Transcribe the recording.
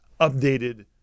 updated